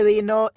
Dino